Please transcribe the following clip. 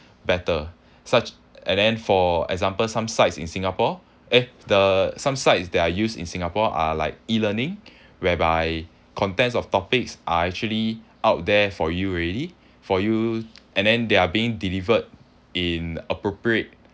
better such and then for example some sites in singapore eh the some sites that are used in singapore are like E learning whereby contents of topics are actually out there for you already for you and then they're are being delivered in appropriate